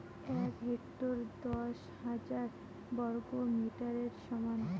এক হেক্টর দশ হাজার বর্গমিটারের সমান